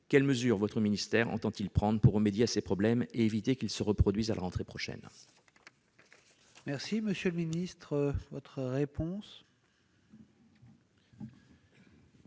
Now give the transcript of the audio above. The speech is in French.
Quelles mesures votre ministère entend-il prendre pour remédier à ces problèmes et éviter qu'ils ne se reproduisent à la rentrée prochaine ?